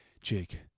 Jake